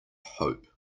hope